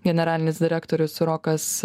generalinis direktorius rokas